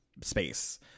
space